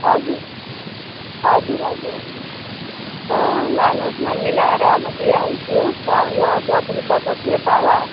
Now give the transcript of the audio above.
हजुर हजुर हजुर हजुर अँ लानुहोस् न मिलाएर म दिइहाल्छु उयो अदुवा पनि पचास रुपियाँ पावा